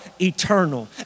eternal